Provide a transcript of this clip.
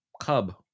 cub